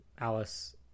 alice